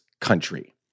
country